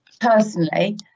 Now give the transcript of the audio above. personally